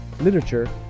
literature